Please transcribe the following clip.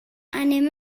anem